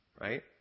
right